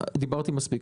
דיברתי מספיק.